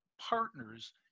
partners